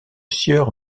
sieur